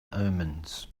omens